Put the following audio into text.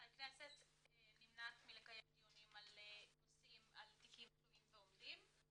אבל העניין הוא שהכנסת נמנעת מלקיים דיונים על תיקים תלויים ועומדים.